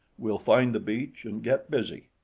we'll find the beach and get busy.